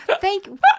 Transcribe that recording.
thank